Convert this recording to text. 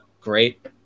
Great